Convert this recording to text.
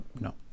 no